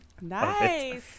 Nice